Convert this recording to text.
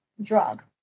drug